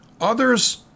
Others